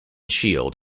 shield